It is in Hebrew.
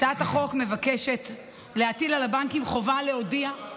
הצעת החוק מבקשת להטיל על הבנקים חובה להודיע,